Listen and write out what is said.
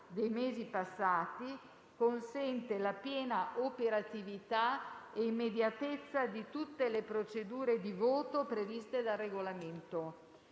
dei mesi passati - consente la piena operatività e immediatezza di tutte le procedure di voto previste dal Regolamento.